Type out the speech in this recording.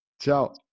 ciao